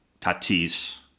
Tatis